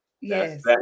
yes